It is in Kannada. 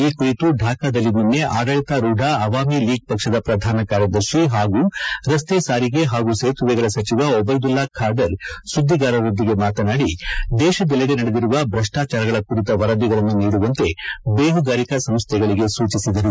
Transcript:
ಈ ಕುರಿತು ಥಾಕಾದಲ್ಲಿ ನಿನ್ನೆ ಆಡಳಿತಾರೂಥ ಅವಾಮಿ ಲೀಗ್ ಪಕ್ಷದ ಪ್ರಧಾನ ಕಾರ್ಯದರ್ಶಿ ಹಾಗೂ ರಸ್ತೆ ಸಾರಿಗೆ ಹಾಗೂ ಸೇತುವೆಗಳ ಸಚಿವ ಒಬ್ಯೆದುಲ್ ಖಾದರ್ ಸುದ್ದಿಗಾರರೊಂದಿಗೆ ಮಾತನಾಡಿ ದೇಶದಲ್ಲೆಡೆ ನಡೆದಿರುವ ಭ್ರಷ್ನಾಚಾರಗಳ ಕುರಿತ ವರದಿಗಳನ್ನು ನೀಡುವಂತೆ ಬೇಹುಗಾರಿಕಾ ಸಂಸ್ಥೆಗಳಿಗೆ ಸೂಚಿಸಿದರು